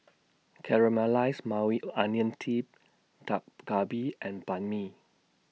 Caramelized Maui A Onion tip Dak Galbi and Banh MI